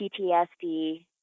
PTSD